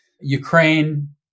Ukraine